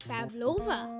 Pavlova